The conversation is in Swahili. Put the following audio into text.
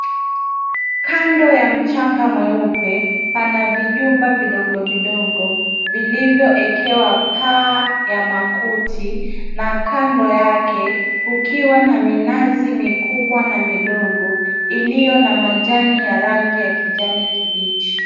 Kando ya mchanga mweupe pana vijumba vidogo vidogo vilivyoekewa paa ya makuti na kando yake kukiwa na minazi mikubwa na midogo iliyo na majani ya rangi ya kijani kibichi.